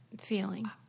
feeling